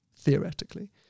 theoretically